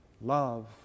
love